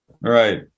Right